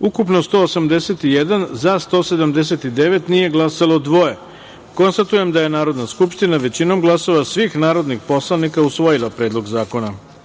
ukupno 181, za – 179, nije glasalo – dvoje. Konstatujem da je Narodna skupština većinom glasova svih narodnih poslanika usvojila Predlog zakona. Treća